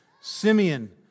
Simeon